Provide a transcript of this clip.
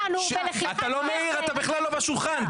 די אתה לא מעיר אתה בכלל לא בשולחן,